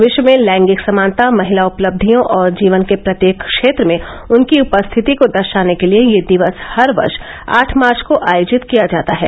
विश्व में लैंगिक समानता महिला उपलब्धियों और जीवन के प्रत्येक क्षेत्र में उनकी उपस्थिति को दर्शाने के लिए यह दिवस हर वर्ष आठ मार्च को आयोजित किया जाता है